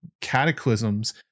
cataclysms